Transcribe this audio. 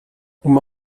uma